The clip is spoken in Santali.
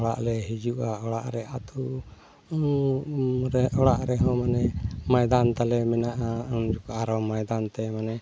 ᱚᱲᱟᱜ ᱞᱮ ᱦᱤᱡᱩᱜᱼᱟ ᱚᱲᱟᱜ ᱨᱮ ᱟᱛᱳ ᱚᱲᱟᱜ ᱨᱮᱦᱚᱸ ᱢᱟᱱᱮ ᱢᱟᱭᱫᱟᱱ ᱛᱟᱞᱮ ᱢᱮᱱᱟᱜᱼᱟ ᱩᱱᱡᱚᱠᱷᱟᱱ ᱟᱨᱚ ᱢᱟᱭᱫᱟᱱᱛᱮ ᱢᱟᱱᱮ